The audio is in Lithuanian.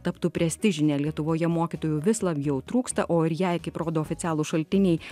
taptų prestižinė lietuvoje mokytojų vis labiau trūksta o ir jei kaip rodo oficialūs šaltiniai